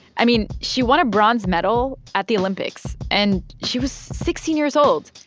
i mean, she won a bronze medal at the olympics, and she was sixteen years old.